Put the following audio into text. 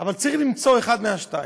אבל צריך למצוא אחת מהשתיים,